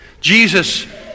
Jesus